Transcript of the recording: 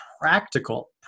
practical